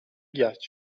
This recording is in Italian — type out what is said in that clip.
ghiacci